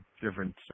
different